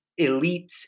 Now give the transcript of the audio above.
elites